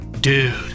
Dude